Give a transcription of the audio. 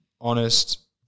honest